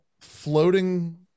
floating